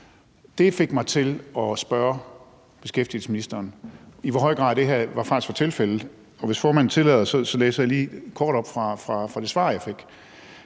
Det fik mig til at spørge beskæftigelsesministeren, i hvor høj grad det her faktisk var tilfældet, og hvis formanden tillader det, læser jeg lige kort op fra det svar, jeg fik.